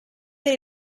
per